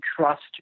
trust